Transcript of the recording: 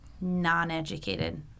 non-educated